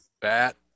Bat